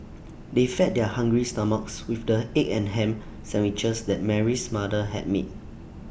they fed their hungry stomachs with the egg and Ham Sandwiches that Mary's mother had made